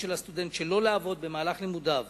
של הסטודנט שלא לעבוד במהלך לימודיו,